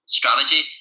strategy